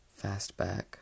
Fastback